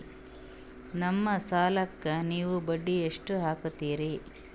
ನಮ್ಮ ಸಾಲಕ್ಕ ನೀವು ಬಡ್ಡಿ ಎಷ್ಟು ಹಾಕ್ತಿರಿ?